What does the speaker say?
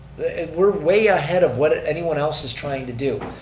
we're way ahead of what anyone else is trying to do.